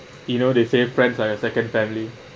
you know they say friend are your second family